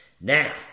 Now